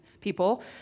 people